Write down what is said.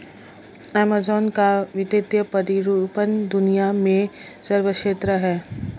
Amazon का वित्तीय प्रतिरूपण दुनिया में सर्वश्रेष्ठ है